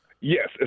Yes